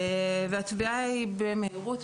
הטביעה היא במהירות,